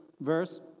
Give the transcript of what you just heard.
verse